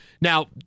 Now